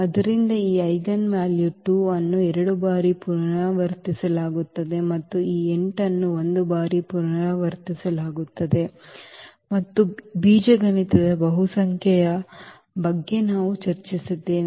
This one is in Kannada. ಆದ್ದರಿಂದ ಈ ಐಜೆನ್ ವ್ಯಾಲ್ಯೂ 2 ಅನ್ನು ಎರಡು ಬಾರಿ ಪುನರಾವರ್ತಿಸಲಾಗುತ್ತದೆ ಮತ್ತು ಈ 8 ಅನ್ನು ಒಂದು ಬಾರಿ ಪುನರಾವರ್ತಿಸಲಾಗುತ್ತದೆ ಮತ್ತು ಈ ಬೀಜಗಣಿತದ ಬಹುಸಂಖ್ಯೆಯ ಬಗ್ಗೆ ನಾವು ಚರ್ಚಿಸಿದ್ದೇವೆ